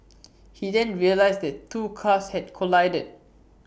he then realised that two cars had collided